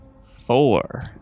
Four